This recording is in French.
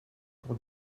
pour